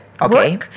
Okay